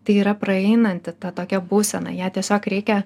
tai yra praeinanti ta tokia būsena ją tiesiog reikia